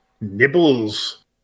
Nibbles